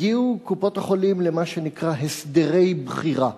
הגיעו קופות-החולים למה שנקרא: הסדרי בחירה,